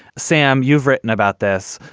sam, you've written about this.